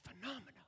phenomenal